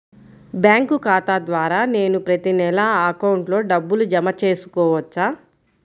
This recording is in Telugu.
బ్యాంకు ఖాతా ద్వారా నేను ప్రతి నెల అకౌంట్లో డబ్బులు జమ చేసుకోవచ్చా?